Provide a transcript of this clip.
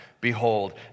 Behold